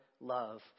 love